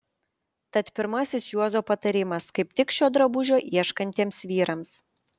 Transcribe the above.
tad pirmasis juozo patarimas kaip tik šio drabužio ieškantiems vyrams